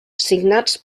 signats